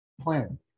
Plan